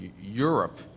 Europe